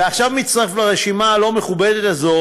ועכשיו מצטרף לרשימה הלא-מכובדת הזאת